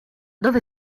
dove